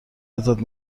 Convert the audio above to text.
ازت